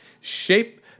shape